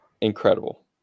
Incredible